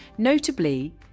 Notably